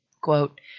Quote